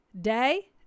day